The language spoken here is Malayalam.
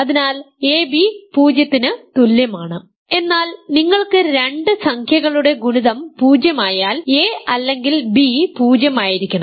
അതിനാൽ ab 0 ന് തുല്യമാണ് എന്നാൽ നിങ്ങൾക്ക് രണ്ട് സംഖ്യകളുടെ ഗുണിതം 0 ആയാൽ a അല്ലെങ്കിൽ b 0 ആയിരിക്കണം